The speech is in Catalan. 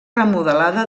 remodelada